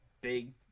big